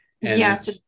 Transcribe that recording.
Yes